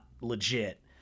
legit